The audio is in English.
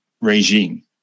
regime